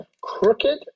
Crooked